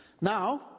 Now